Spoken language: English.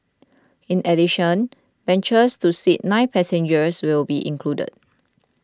in addition benches to seat nine passengers will be included